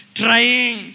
trying